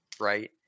right